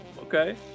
Okay